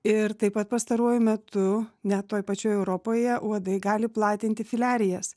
ir taip pat pastaruoju metu net toj pačioj europoje uodai gali platinti filiarijas